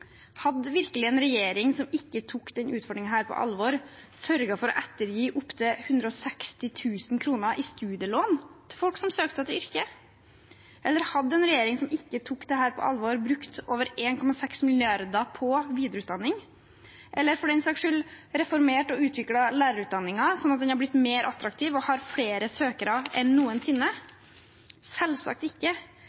Hadde en regjering som ikke tok denne utfordringen på alvor, virkelig sørget for å ettergi opptil 160 000 kr i studielån til folk som søkte seg til yrket? Eller hadde en regjering som ikke tok dette på alvor, brukt over 1,6 mrd. kr på videreutdanning, eller for den saks skyld reformert og utviklet lærerutdanningen, sånn at den har blitt mer attraktiv og har flere søkere enn noensinne?